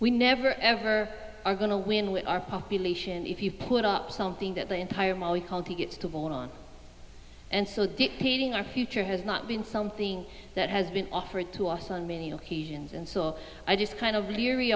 we never ever are going to win with our population if you put up something that the entire called he gets to vote on and so the heating our future has not been something that has been offered to us on many occasions and so i just kind of leery